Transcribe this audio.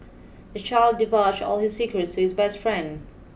the child divulged all his secrets to his best friend